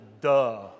duh